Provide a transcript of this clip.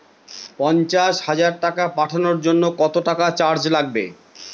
পণ্চাশ হাজার টাকা পাঠানোর জন্য কত টাকা চার্জ লাগবে?